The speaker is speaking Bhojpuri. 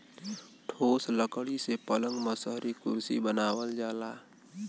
ठोस लकड़ी से पलंग मसहरी कुरसी बनावल जाला